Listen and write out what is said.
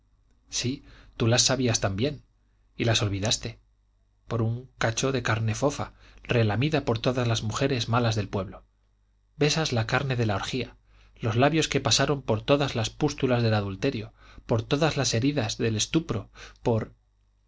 sí tú las sabías también y las olvidastes por un cacho de carne fofa relamida por todas las mujeres malas del pueblo besas la carne de la orgía los labios que pasaron por todas las pústulas del adulterio por todas las heridas del estupro por